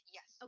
Yes